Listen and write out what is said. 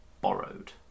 borrowed